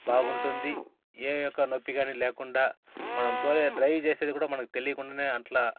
బాగుంటుంది ఏ యొక్క నొప్పి కానీ లేకుండా మనం తోలే డ్రైవ్ చేసేది కూడా మనకి తెలియకుండానే